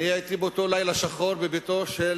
הייתי באותו לילה שחור בביתו של